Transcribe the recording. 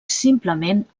simplement